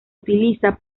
utiliza